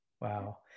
Wow